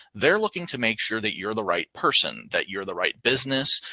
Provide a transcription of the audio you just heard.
they're looking to make sure that you're the right person. that you're the right business,